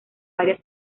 varias